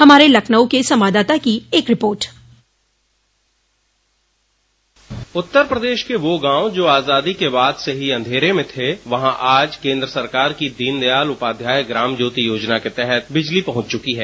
हमारे लखनऊ संवाददाता की एक रिपोर्ट उत्तर प्रदेश के वो गांव जो आजादी के बाद से ही अंधेरे में थे वहां आज केंद्र सरकार की दीन दयाल उपाध्याय ग्राम ज्योति योजना के तहत बिजली पहुंच चुकी है